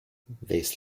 this